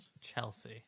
Chelsea